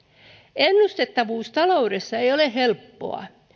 ennustettavuus taloudessa ei ole helppoa ja